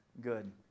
good